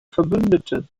verbündeten